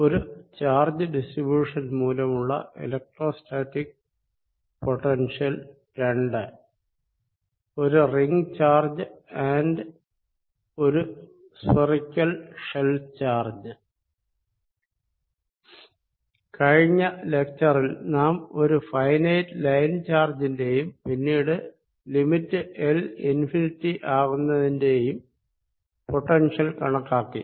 ഒരു charge distribution മൂലമുള്ള electrostatic potential II ഒരു റിങ്ങും ഒരു സ്ഫറിക്കൽ ഷെൽ ചാർജ്ജും കഴിഞ്ഞ ലെക്ച്ചറിൽ നാം ഒരു ഫൈനൈറ് ലൈൻ ചാർജിന്റെയും പിന്നീട് ലിമിറ്റ് എൽ ഇൻഫിനിറ്റി ആകുന്നതിന്റെയും പൊട്ടൻഷ്യൽ കണക്കാക്കി